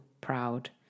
proud